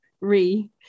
re